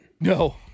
No